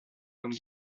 comme